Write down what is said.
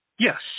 Yes